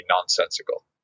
nonsensical